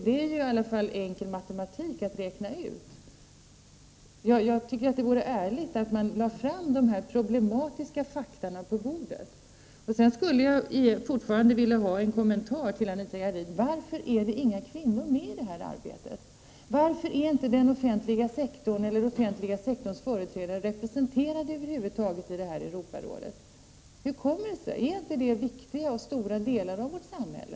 Det är ju i alla fall enkel matematik att räkna ut det. Jag tycker att det vore ärligt att lägga fram dessa problematiska fakta på bordet. Sedan skulle jag fortfarande vilja ha en kommentar av Anita Gradin. Varför är det inga kvinnor med i det här arbetet? Varför är den offentliga sektorns företrädare inte representerade i arbetsgruppen för Europafrågor? Företräder inte de stora och viktiga delar av vårt samhälle?